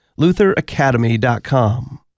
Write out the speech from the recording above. lutheracademy.com